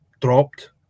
dropped